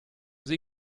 sie